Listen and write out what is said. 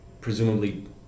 presumably